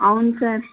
అవును సార్